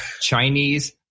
Chinese